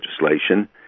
legislation